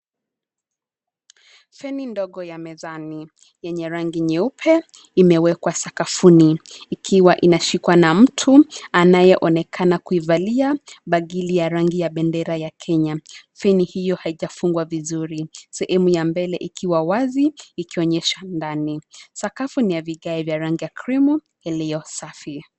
Feni ndogo ya mezani yenye rangi nyeupe; imewekwa sakafuni ikiwa inashikwa na mtu anayeonekana kuivalia bangili ya rangi ya bendera ya Kenya. Feni hiyo haijafungwa vizuri; sehemu ya mbele ikiwa wazi, ikionyesha ndani. Sakafu ni ya vigae vya rangi ya krimu iliyo safi.